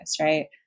right